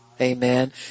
Amen